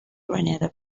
granada